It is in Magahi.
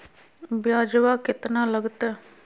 ब्यजवा केतना लगते?